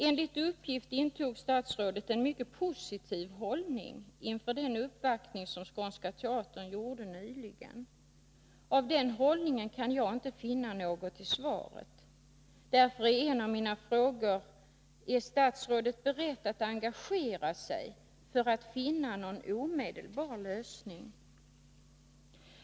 Enligt uppgift intog statsrådet en mycket positiv hållning inför den uppvaktning som Skånska Teatern gjorde nyligen. Av den hållningen kan jag inte finna något i svaret. Därför är en av mina frågor: Är statsrådet beredd att engagera sig för att finna någon omedelbar lösning?